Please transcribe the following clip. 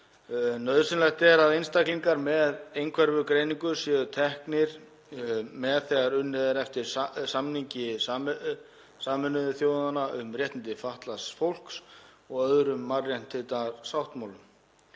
Nauðsynlegt er að einstaklingar með einhverfugreiningu séu hafðir með í ráðum þegar unnið er eftir samningi Sameinuðu þjóðanna um réttindi fatlaðs fólks og öðrum mannréttindasáttmálum.